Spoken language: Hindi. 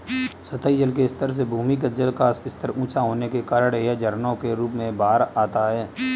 सतही जल के स्तर से भूमिगत जल का स्तर ऊँचा होने के कारण यह झरनों के रूप में बाहर आता है